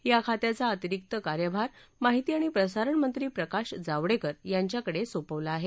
या खात्याचा अतिरिक्त कार्यभार माहिती आणि प्रसारणमंत्री प्रकाश जावडेकर यांच्याकडे सोपवला आहे